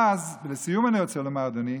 אז לסיום, אני רוצה לומר, אדוני: